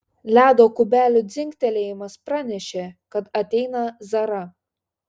ledo kubelių dzingtelėjimas pranešė kad ateina zara